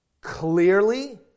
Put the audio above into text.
clearly